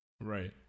Right